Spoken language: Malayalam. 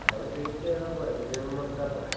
അതവിടെ ക്രിയേറ്റ് ചെയ്താൽ പോരേ പുതിയാതൊന്ന് എടുത്താൽ പോരേ